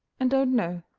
and don't know.